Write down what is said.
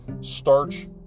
starch